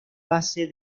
base